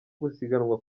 gusiganwa